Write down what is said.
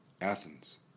Athens